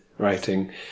writing